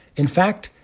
in fact,